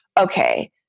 okay